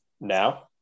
now